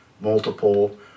multiple